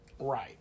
Right